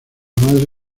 madre